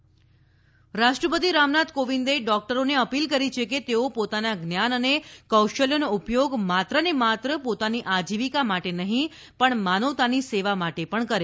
રાષ્ટ્રપતિ રામનાથ કોવિંદ રાષ્ટ્રપતિ રામનાથ કોવિંદે ડોકટરોને અપીલ કરી છે કે તેઓ પોતાના જ્ઞાન અને કૌશલ્યનો ઉપયોગ માત્ર ને માત્ર પોતાની આજીવિકા માટે નહીં પણ માનવતાની સેવા માટે કરે